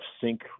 sync